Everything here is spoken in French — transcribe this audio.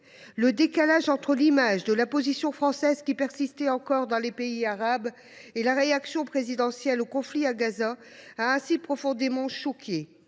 Le décalage entre l’image de la position française qui persistait encore dans les pays arabes et la réaction présidentielle au conflit à Gaza a profondément choqué.